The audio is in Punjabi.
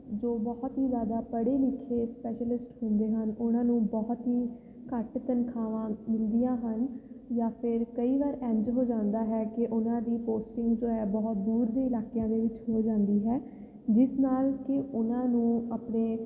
ਜੋ ਬਹੁਤ ਹੀ ਜ਼ਿਆਦਾ ਪੜ੍ਹੇ ਲਿਖੇ ਸਪੈਸ਼ਲਿਸਟ ਹੁੰਦੇ ਹਨ ਉਹਨਾਂ ਨੂੰ ਬਹੁਤ ਹੀ ਘੱਟ ਤਨਖਾਹਾਂ ਮਿਲਦੀਆਂ ਹਨ ਜਾਂ ਫਿਰ ਕਈ ਵਾਰ ਇੰਝ ਹੋ ਜਾਂਦਾ ਹੈ ਕਿ ਉਹਨਾਂ ਦੀ ਪੋਸਟਿੰਗ ਜੋ ਹੈ ਬਹੁਤ ਦੂਰ ਦੇ ਇਲਾਕਿਆਂ ਦੇ ਵਿੱਚ ਹੋ ਜਾਂਦੀ ਹੈ ਜਿਸ ਨਾਲ ਕਿ ਉਹਨਾਂ ਨੂੰ ਆਪਣੇ